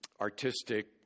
artistic